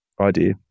idea